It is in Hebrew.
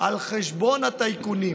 על חשבון הטייקונים,